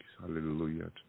Hallelujah